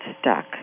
stuck